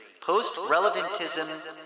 Post-relevantism